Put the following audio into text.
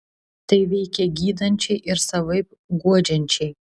tai veikia gydančiai ir savaip guodžiančiai